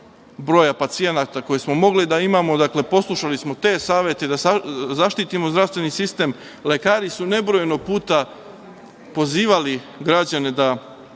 broja pacijenata koje smo mogli da imamo. Dakle, poslušali smo te savete, da zaštitimo zdravstveni sistem. Lekari su nebrojeno puta pozivali građane da